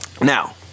Now